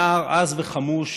/ נער עז וחמוש...